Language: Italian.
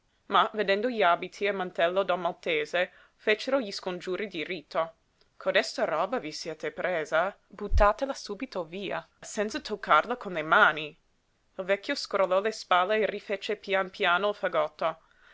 ma vedendo gli abiti e il mantello del maltese fecero gli scongiuri di rito codesta roba vi siete presa buttatela subito via senza toccarla con le mani il vecchio scrollò le spalle e rifece pian piano il fagotto